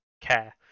care